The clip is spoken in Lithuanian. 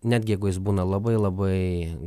netgi jeigu jis būna labai labai